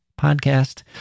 podcast